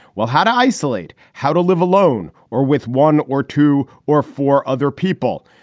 well, how to isolate, how to live alone or with one or two or four other people.